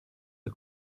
the